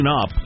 up